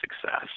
success